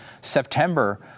September